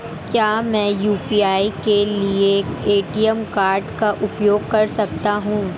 क्या मैं यू.पी.आई के लिए ए.टी.एम कार्ड का उपयोग कर सकता हूँ?